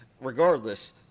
regardless